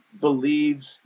believes